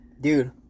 dude